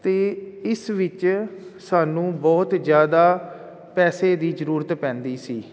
ਅਤੇ ਇਸ ਵਿੱਚ ਸਾਨੂੰ ਬਹੁਤ ਜ਼ਿਆਦਾ ਪੈਸੇ ਦੀ ਜ਼ਰੂਰਤ ਪੈਂਦੀ ਸੀ